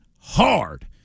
hard